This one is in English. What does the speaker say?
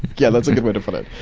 yeah, that's a good way to put it.